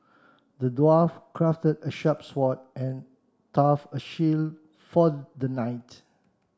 the dwarf crafted a sharp sword and a tough shield for the knight